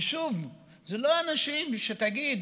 ושוב, אלה לא אנשים שתגיד